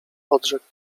odrzekł